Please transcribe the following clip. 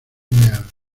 real